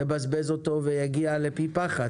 יבזבז אותו ויגיע על עברי פי פחת.